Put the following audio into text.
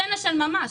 צנע של ממש.